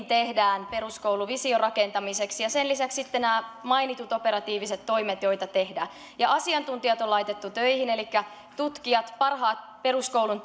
tehdään peruskouluvision rakentamiseksi ja sen lisäksi on sitten nämä mainitut operatiiviset toimet joita tehdään ja asiantuntijat on laitettu töihin elikkä tutkijat parhaat peruskoulun